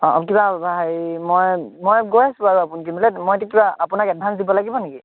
অঁ আৰু কিবা হেৰি মই মই গৈ আছোঁ বাৰু আপুনি কি বোলে মই এতিয়া আপোনাক এডভাঞ্চ দিব লাগিব নেকি